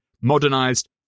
modernized